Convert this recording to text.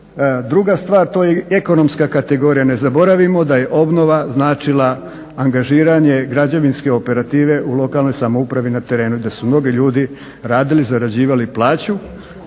Druga stvar, to je i ekonomska kategorija. Ne zaboravimo da je obnova značila angažiranje građevinske operative u lokalnoj samoupravi na terenu i da su mnogi ljudi radili, zarađivali plaću